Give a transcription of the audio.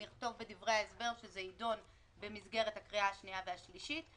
נכתוב בדברי ההסבר שזה יידון בהכנה לקריאה השנייה והשלישית.